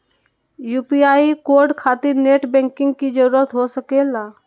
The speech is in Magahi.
यू.पी.आई कोड खातिर नेट बैंकिंग की जरूरत हो सके ला?